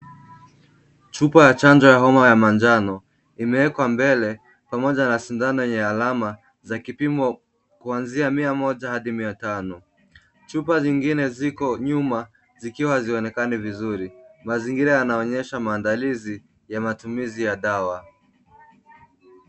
Chupa ya chanjo ya homa ya manjano imewekwa mbele pamoja na sindano yenye alama za kipimo kuanzia mia moja hadi mia tano. Chupa zingine ziko nyuma, zikiwa hazionekani vizuri. Mazingira yanaonyesha maandalizi ya matumizi ya dawa.